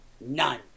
none